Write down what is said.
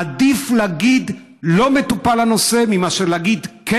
עדיף להגיד שלא מטופל הנושא מאשר להגיד כן